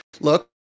look